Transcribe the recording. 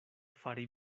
fari